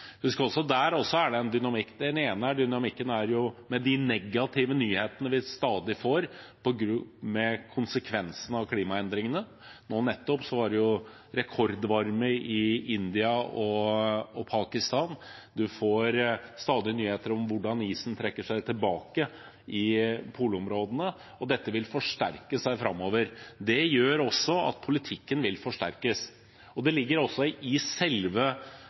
også av gass. Husk at det også der er en dynamikk. Den ene dynamikken er de negative nyhetene vi stadig får, med konsekvensene av klimaendringene. Nå nettopp var det rekordvarme i India og Pakistan, og man får stadig nyheter om hvordan isen trekker seg tilbake i polområdene. Dette vil forsterke seg framover. Det gjør også at politikken vil forsterkes. Det ligger også i selve